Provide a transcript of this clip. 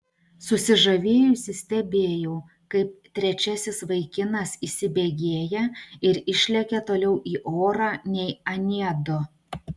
susižavėjusi stebėjau kaip trečiasis vaikinas įsibėgėja ir išlekia toliau į orą nei anie du